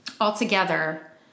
altogether